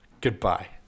goodbye